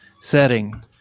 setting